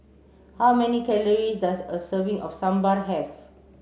how many calories does a serving of Sambar have